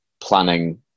planning